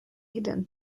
hidden